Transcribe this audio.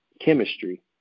chemistry